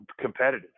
competitive